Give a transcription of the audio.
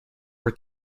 were